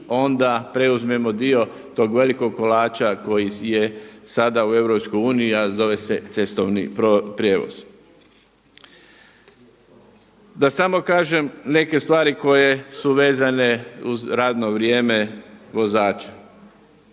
onda preuzmemo dio tog velikog kolača koji je sada u EU, a zove se cestovni prijevoz. Da samo kažem neke stvari koje su vezane uz radno vrijeme vozača.